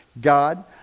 God